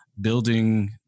building